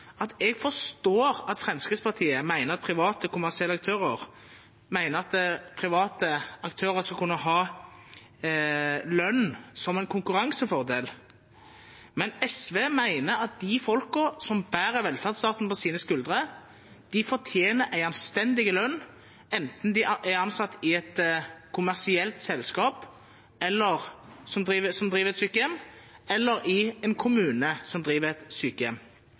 kr. Jeg forstår at Fremskrittspartiet mener at private kommersielle aktører skal kunne ha lønn som en konkurransefordel, men SV mener at de som bærer velferdsstaten på sine skuldre, fortjener en anstendig lønn, enten de er ansatt i et kommersielt selskap som driver et sykehjem, eller i en kommune som driver et sykehjem.